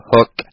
Hook